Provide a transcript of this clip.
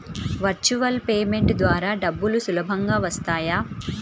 Virtual payment ద్వారా డబ్బులు సులభంగా వస్తాయా?